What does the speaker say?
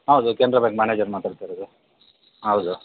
ಹೌದು ಕ್ಯಾನ್ರ bank manager ಮಾತಾಡ್ತಾ ಇರೋದು ಹಾಂ ಹೌದು